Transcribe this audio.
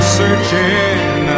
searching